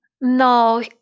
No